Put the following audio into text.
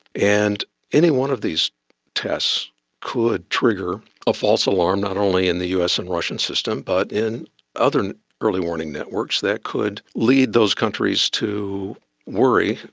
and any one of these tests could trigger a false alarm not only in the us and russian system but in other early warning networks that could lead those countries to worry,